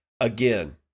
Again